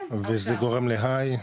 וזה גורם להיי.